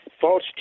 false